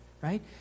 right